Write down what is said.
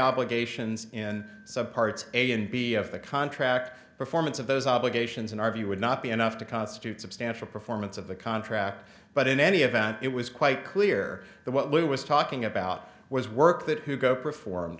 obligations in some parts a and b of the contract performance of those obligations in our view would not be enough to constitute substantial performance of the contract but in any event it was quite clear that what we was talking about was work that who go performed